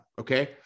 Okay